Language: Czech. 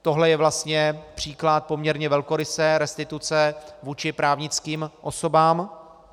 Tohle je vlastně příklad poměrně velkorysé restituce vůči právnickým osobám.